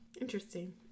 interesting